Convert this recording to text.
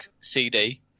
CD